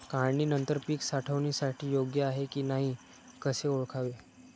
काढणी नंतर पीक साठवणीसाठी योग्य आहे की नाही कसे ओळखावे?